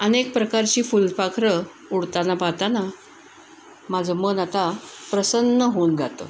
अनेक प्रकारची फुलपाखरं उडताना पाहताना माझं मन आता प्रसन्न होऊन जातं